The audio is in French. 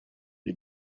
les